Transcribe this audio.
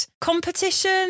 competition